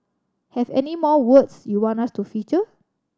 have any more words you want us to feature